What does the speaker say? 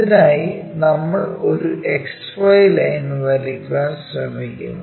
അതിനായി നമ്മൾ ഒരു X Y ലൈൻ വരയ്ക്കാൻ ശ്രമിക്കുന്നു